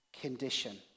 condition